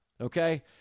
Okay